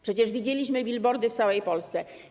Przecież widzieliśmy billboardy w całej Polsce.